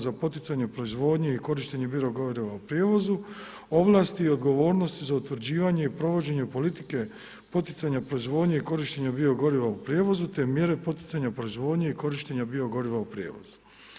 za poticanje u proizvodnji i korištenje bio goriva u prijevozu, ovlasti i odgovornosti za utvrđivanje i provođenje politike poticanja proizvodnje i korištenje bio goriva u prijevozu te mjere poticanja proizvodnje i korištenja bio goriva u prijevozu.